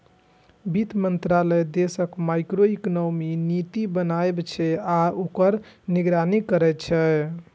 वित्त मंत्रालय देशक मैक्रोइकोनॉमिक नीति बनबै छै आ ओकर निगरानी करै छै